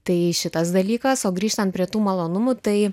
tai šitas dalykas o grįžtant prie tų malonumų tai